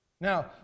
Now